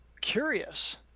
curious